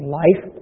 life